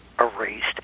erased